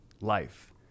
life